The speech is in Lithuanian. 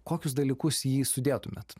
kokius dalykus į jį sudėtumėt